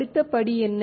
அடுத்த படி என்ன